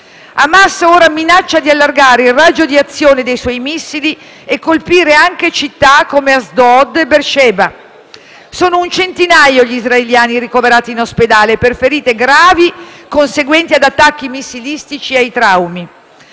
Hamas ora minaccia di allargare il raggio di azione dei suoi missili e colpire anche città come Ashdod e Beersheva. Sono un centinaio gli israeliani ricoverati in ospedale per ferite gravi conseguenti ad attacchi missilistici e ai traumi.